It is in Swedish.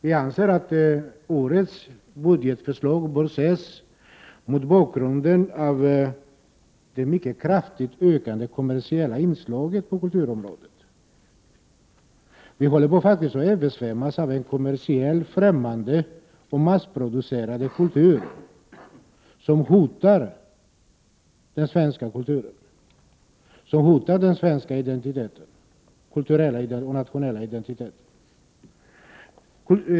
Vi anser att årets budgetförslag bör ses mot bakgrund av det mycket kraftigt ökade kommersiella inslaget på kulturområdet. Vi håller faktiskt på att översvämmas av en kommersiell, ffämmande och massproducerad kultur, som hotar den svenska kulturen, som hotar den svenska kulturella och nationella identiteten.